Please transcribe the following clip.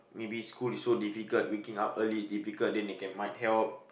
maybe school is so difficult waking up early difficult then they can might help